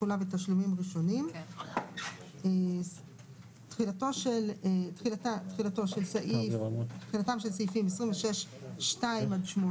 תחולה ותשלומים ראשונים 28. (א)תחילתם של סעיפים 26(2) עד (8)